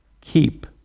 keep